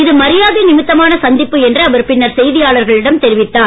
இது மரியாதை நிமித்தமான சந்திப்பு என்று அவர் செய்தியாளர்களிடம் தெரிவித்தார்